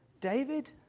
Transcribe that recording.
David